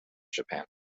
japan